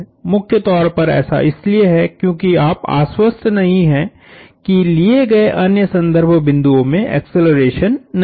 मुख्य तौर पर ऐसा इसलिए है क्यूंकि आप आस्वस्त नहीं है कि लिए गए अन्य संदर्भ बिंदुओं में एक्सेलरेशन नहीं हैं